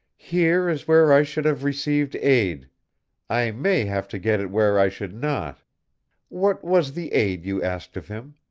here is where i should have received aid i may have to get it where i should not what was the aid you asked of him?